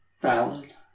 Valid